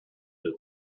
that